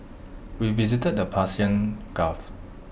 we visited the Persian gulf